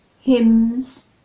hymns